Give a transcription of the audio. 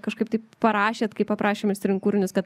kažkaip tai parašėt kai paprašėm išsirinkt kūrinius kad